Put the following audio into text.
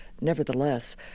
Nevertheless